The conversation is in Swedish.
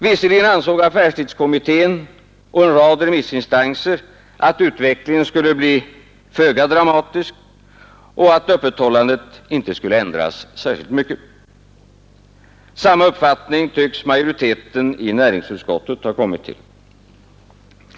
Visserligen ansåg affärstidskommittén och en rad remissinstanser att utvecklingen skulle bli föga dramatisk och att öppethållandet inte skulle ändras särskilt mycket. Samma uppfattning tycks majoriteten i näringsutskottet ha kommit till.